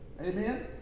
Amen